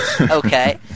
Okay